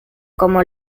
como